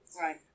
right